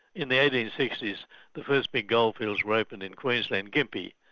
in the eighteen sixty s the first big goldfields were opened in queensland, gympie,